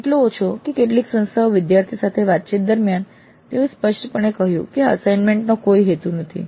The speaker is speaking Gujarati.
એટલો ઓછો કે કેટલીક સંસ્થાઓ વિદ્યાર્થીઓ સાથે વાતચીત દરમિયાન તેઓએ સ્પષ્ટપણે કહ્યું કે આ અસાઇનમેન્ટ નો કોઈ હેતુ નથી